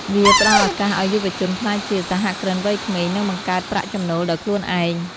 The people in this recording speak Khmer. វាផ្តល់ឱកាសឱ្យយុវជនក្លាយជា សហគ្រិនវ័យក្មេង និងបង្កើតប្រាក់ចំណូលដោយខ្លួនឯង។